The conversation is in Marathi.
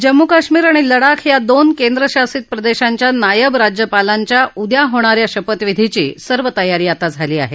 जम्मू कश्मीर आणि लडाख या दोन केंद्रशासित प्रदेशांच्या नायब राज्यपालांच्या उद्या होणा या शपथविधीची सर्व तयारी आता झाली आहे